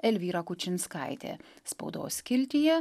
elvyra kučinskaitė spaudos skiltyje